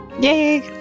Yay